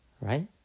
right